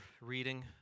reading